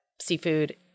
seafood